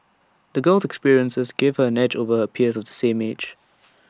the girl's experiences gave her A edge over her peers of the same age